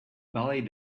ballet